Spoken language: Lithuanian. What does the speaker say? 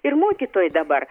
ir mokytojai dabar